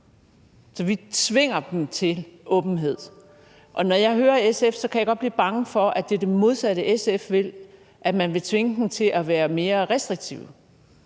så vi tvinger dem til åbenhed. Når jeg hører SF, kan jeg godt blive bange for, at det er det modsatte, SF vil, altså at man vil tvinge dem til at være mere restriktive.